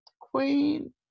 Queen